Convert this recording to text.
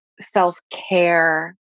self-care